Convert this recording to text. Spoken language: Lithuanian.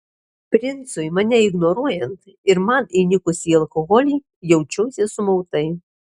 princui mane ignoruojant ir man įnikus į alkoholį jaučiausi sumautai